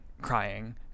crying